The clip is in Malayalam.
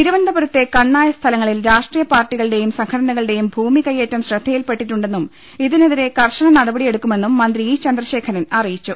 തിരുവനന്തപുരത്തെ കണ്ണായ സ്ഥലങ്ങളിൽ രാഷ്ട്രീയ പാർട്ടി കളുടെയും സംഘടനകളുടെയും ഭൂമികയ്യേറ്റം ശ്രദ്ധയിൽപ്പെട്ടിട്ടു ണ്ടെന്നും ഇതിനെതിരെ കർശന നടപടിയെടുക്കുമെന്നും മന്ത്രി ഇ ചന്ദ്രശേഖരൻ അറിയിച്ചു